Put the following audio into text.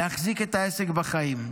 להחזיק את העסק בחיים.